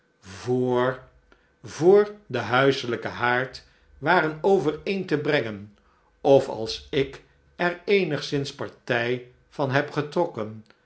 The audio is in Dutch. voor voor den huiselijken haard waren overeen te brengen of als ik er eenigszins partij van heb getrokken